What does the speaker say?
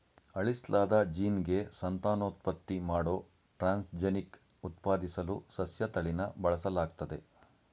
ಅಳಿಸ್ಲಾದ ಜೀನ್ಗೆ ಸಂತಾನೋತ್ಪತ್ತಿ ಮಾಡೋ ಟ್ರಾನ್ಸ್ಜೆನಿಕ್ ಉತ್ಪಾದಿಸಲು ಸಸ್ಯತಳಿನ ಬಳಸಲಾಗ್ತದೆ